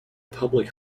public